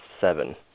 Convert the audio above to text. seven